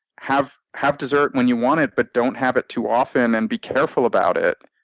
have have dessert when you want it but don't have it too often and be careful about it,